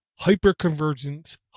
hyperconvergence